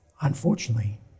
unfortunately